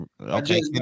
Okay